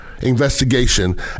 investigation